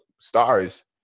stars